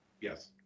Yes